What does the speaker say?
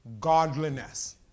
godliness